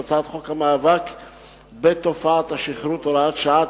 של הצעת חוק המאבק בתופעת השכרות (הוראת שעה),